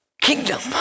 Kingdom